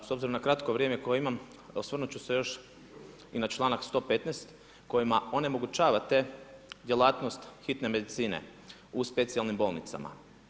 S obzirom na kratko vrijeme koje imam osvrnut ću se još i na članak 115. kojima onemogućavate djelatnost hitne medicine u specijalnim bolnicama.